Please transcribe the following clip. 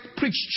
preach